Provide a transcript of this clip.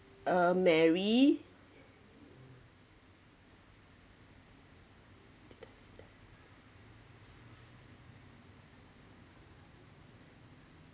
uh mary